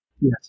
Yes